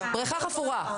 בריכה חפורה?